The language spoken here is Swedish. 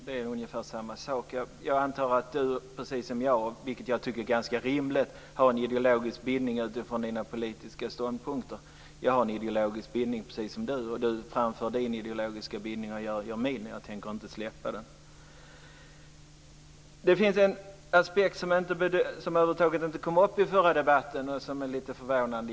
Jag antar att Ewa Thalén Finné, precis som jag, vilket är rimligt, har en ideologisk bindning med utgångspunkt i hennes politiska ståndpunkter. Jag har en ideologisk bindning, precis som hon. Hon framför sin ideologiska bindning, och jag framför min. Jag tänker inte släppa den. Det finns en aspekt som över huvud taget inte kom upp i den förra debatten, och det är förvånande.